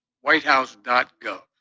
whitehouse.gov